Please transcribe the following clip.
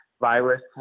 virus